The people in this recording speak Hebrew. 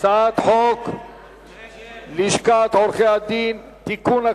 הצעת חוק לשכת עורכי-הדין (תיקון,